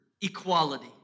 equality